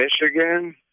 Michigan